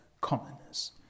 commoners